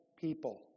people